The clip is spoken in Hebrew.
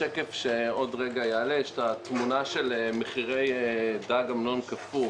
בשקף שיעלה בעוד רגע יש את התמונה של מחירי דג אמנון קפוא